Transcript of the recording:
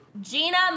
Gina